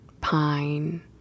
pine